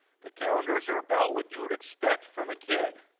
the calendars are about what you would expect from a kid.